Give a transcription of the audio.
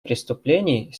преступлений